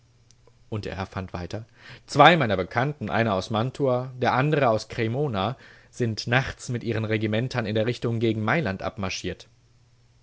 und er erfand weiter zwei meiner bekannten einer aus mantua der andre aus cremona sind nachts mit ihren regimentern in der richtung gegen mailand